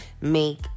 make